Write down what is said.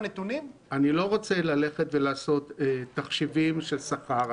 אני לא רוצה לעשות תחשיבים של שכר.